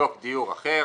לבדוק דיור אחר,